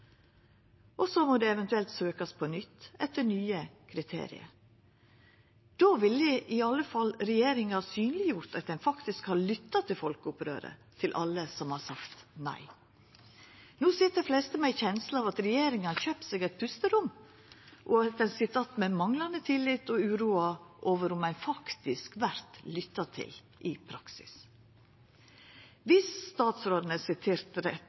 og så må det eventuelt søkjast på nytt, etter nye kriterium. Då ville iallfall regjeringa ha synleggjort at ein faktisk har lytta til folkeopprøret, til alle som har sagt nei. No sit dei fleste med ei kjensle av at regjeringa har kjøpt seg eit pusterom, og ein sit att med manglande tillit og uroa over om ein faktisk vert lytta til i praksis. Dersom statsråden er sitert rett